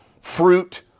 fruit